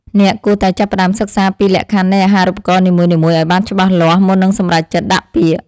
អ្នកគួរតែចាប់ផ្តើមសិក្សាពីលក្ខខណ្ឌនៃអាហារូបករណ៍នីមួយៗឱ្យបានច្បាស់លាស់មុននឹងសម្រេចចិត្តដាក់ពាក្យ។